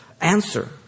answer